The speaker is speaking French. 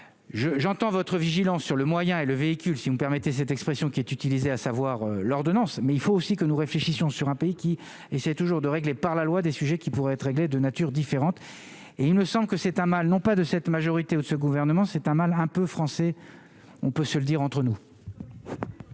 j'entends votre vigilance sur le moyen et le véhicule, si vous permettez cette expression qui est utilisée, à savoir l'ordonnance, mais il faut aussi que nous réfléchissions sur un pays qui essaie toujours de régler par la loi, des sujets qui pourraient être réglées de nature différente, et ils ne sont que c'est un mal non pas de cette majorité au ce gouvernement, c'est un mal un peu français, on peut se le dire entre nous.